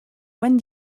one